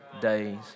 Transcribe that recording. days